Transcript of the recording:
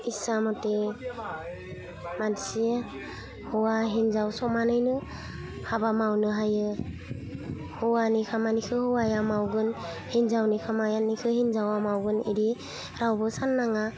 इस्सा मथे मानसि हौवा हिन्जाव समानैनो हाबा मावनो हायो हौवानि खामानिखौ हौवाया मावगोन हिन्जावनि खामायानिखौ हिन्जावा मावगोन बिदि रावबो सान्नाङा